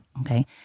okay